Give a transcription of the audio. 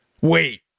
wait